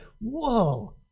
whoa